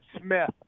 Smith